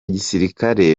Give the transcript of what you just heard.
gisirikare